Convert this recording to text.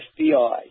FBI